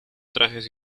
trajes